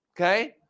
Okay